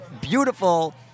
beautiful